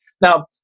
Now